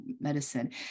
Medicine